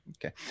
Okay